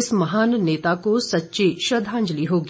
इस महान नेता को सच्ची श्रद्धांजलि होगी